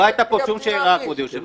לא היתה פה שום שאלה, כבוד היושב ראש.